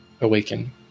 awaken